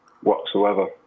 whatsoever